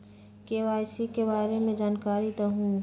KYC के बारे में जानकारी दहु?